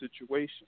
situation